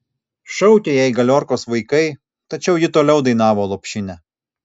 šaukė jai galiorkos vaikai tačiau ji toliau dainavo lopšinę